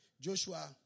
Joshua